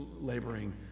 laboring